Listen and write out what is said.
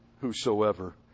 whosoever